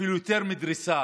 אפילו יותר מדריסה,